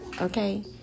okay